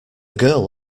girl